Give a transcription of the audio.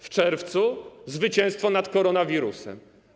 W czerwcu: zwycięstwo nad koronawirusem.